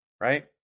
Right